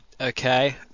okay